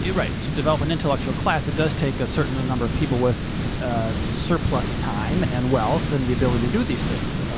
right. to develop an intellectual class, it does take a certain number of people with ah surplus time, and wealth, and the ability to do these things.